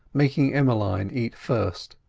making emmeline eat first.